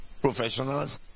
professionals